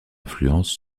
influence